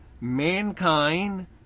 mankind